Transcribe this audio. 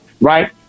Right